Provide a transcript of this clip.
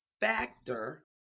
factor